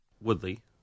Woodley